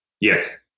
Yes